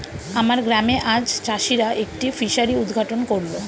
আমার গ্রামে আজ চাষিরা একটি ফিসারি উদ্ঘাটন করল